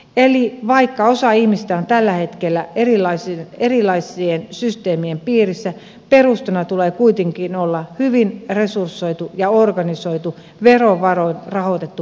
eli vaikka osa ihmisistä on tällä hetkellä erilaisien systeemien piirissä perustana tulee kuitenkin olla hyvin resursoitu ja organisoitu verovaroin rahoitettu perusterveydenhuolto